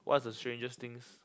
what's the strangest things